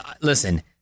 listen